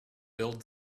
build